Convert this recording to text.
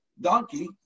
donkey